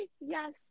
Yes